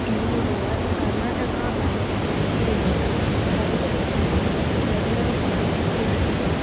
என்னுடைய கர்நாடகா பேங்க் கணக்கிலிருந்து அதிகபட்சமாக எவ்வளவு பணம் எடுக்கலாம்